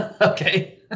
Okay